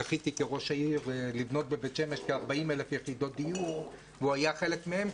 זכיתי כראש העיר לבנות בבית שמש כ-40,000 יחידות דיור והוא היה חלק מהם,